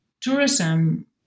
tourism